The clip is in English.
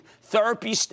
therapy